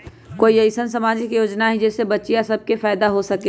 कोई अईसन सामाजिक योजना हई जे से बच्चियां सब के फायदा हो सके?